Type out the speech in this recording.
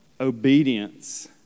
obedience